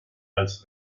als